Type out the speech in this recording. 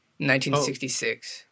1966